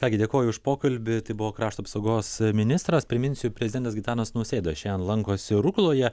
ką gi dėkoju už pokalbį tai buvo krašto apsaugos ministras priminsiu prezidentas gitanas nausėda šiandien lankosi rukloje